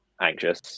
anxious